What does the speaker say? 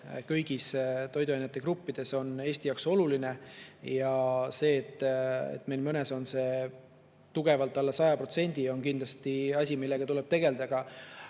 kõigis toiduainegruppides on Eesti jaoks oluline. See, et meil on mõnes see tugevalt alla 100%, on kindlasti asi, millega tuleb tegelda. Me